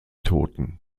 toten